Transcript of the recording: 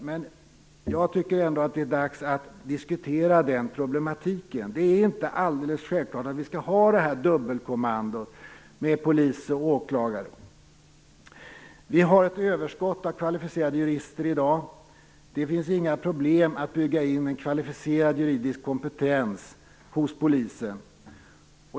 Men jag tycker ändå att det är dags att diskutera den problematiken. Det är inte alldeles självklart att vi skall ha detta dubbelkommando med polis och åklagare. Vi har i dag ett överskott av kvalificerade jurister. Det finns inga problem att bygga in en kvalificerad juridisk kompetens hos polisen.